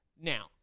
Now